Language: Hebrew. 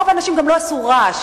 רוב האנשים גם לא עשו רעש.